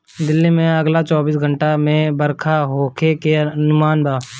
दिल्ली में अगला चौबीस घंटा ले बरखा होखे के अनुमान बा